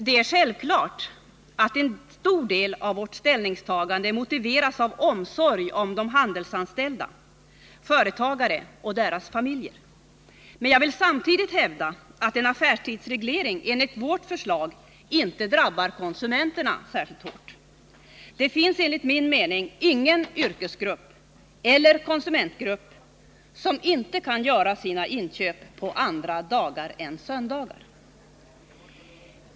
Det är självklart att en stor del av vårt ställningstagande motiveras av omsorg om de handelsanställda, om företagare och deras familjer. Men jag vill samtidigt hävda att en affärstidsreglering enligt vårt förslag inte drabbar konsumenterna särskilt hårt. Det finns enligt min mening ingen yrkeseller konsumentgrupp som inte kan göra sina inköp på andra dagar än söndagar.